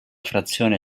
frazione